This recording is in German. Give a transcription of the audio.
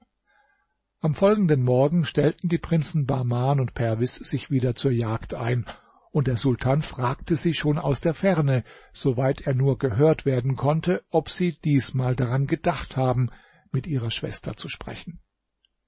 am folgenden morgen stellten die prinzen bahman und perwis sich wieder zur jagd ein und der sultan fragte sie schon aus der ferne so weit er nur gehört werden konnte ob sie diesmal daran gedacht haben mit ihrer schwester zu sprechen